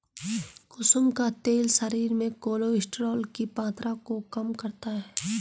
कुसुम का तेल शरीर में कोलेस्ट्रोल की मात्रा को कम करता है